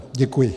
Děkuji.